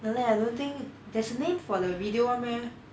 no leh I don't think there's a name for the video [one] meh